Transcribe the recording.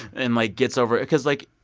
and, like, gets over because, like,